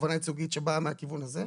תובענה ייצוגית שבאה מהכיוון הזה,